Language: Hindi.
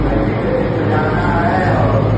कैसे कैसे सजाना है और